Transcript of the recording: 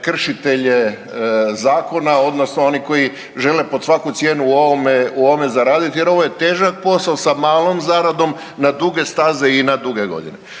kršitelje zakona, odnosno oni koji žele pod svaku cijenu u ovome zaraditi jer ovo je težak posao sa malom zaradom na duge staze i na duge godine.